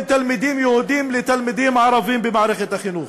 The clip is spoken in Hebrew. תלמידים יהודים לתלמידים ערבים במערכת החינוך.